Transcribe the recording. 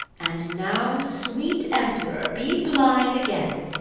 and now, sweet emperor, be blithe again,